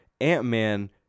Ant-Man